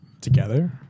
Together